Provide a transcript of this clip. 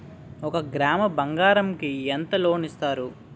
ఒక గ్రాము బంగారం కి ఎంత లోన్ ఇస్తారు?